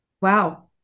Wow